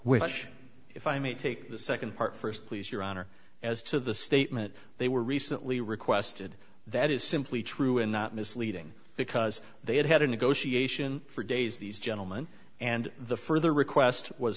which if i may take the second part first please your honor as to the statement they were recently requested that is simply true and not misleading because they had had a negotiation for days these gentleman and the further request was